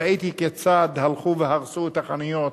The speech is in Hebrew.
ראיתי כיצד הלכו והרסו את החנויות,